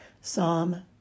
Psalm